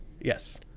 Yes